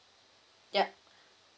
yup